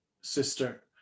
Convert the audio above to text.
sister